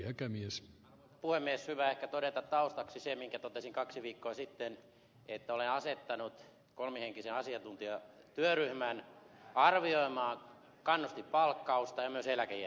on hyvä ehkä todeta taustaksi se minkä totesin kaksi viikkoa sitten että olen asettanut kolmihenkisen asiantuntijatyöryhmän arvioimaan kannustinpalkkausta ja myös eläkejärjestelmiä